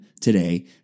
today